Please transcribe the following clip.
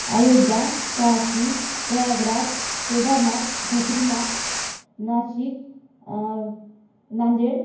Ayodhya Kashi Prayagraj Kedarnath Badrinath Nashik Nanded